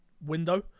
window